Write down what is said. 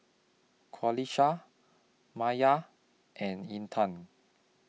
Qalisha Maya and Intan